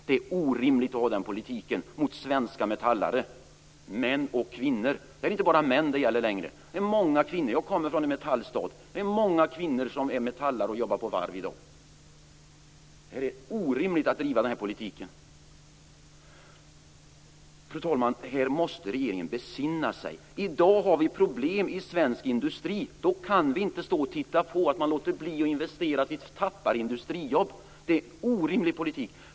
Det är orimligt att ha den politiken gentemot svenska metallare - män och kvinnor. Det gäller nämligen inte längre bara män, utan det handlar också om många kvinnor. Jag kommer från en metallstad. Många av kvinnorna är metallare och jobbar på varv i dag. Det är, som sagt, orimligt att driva den här politiken. Fru talman! Här måste regeringen besinna sig. I dag har vi problem i svensk industri. Vi kan därför inte stå och titta på, samtidigt som man låter bli att investera och vi tappar industrijobb. Det är en orimlig politik.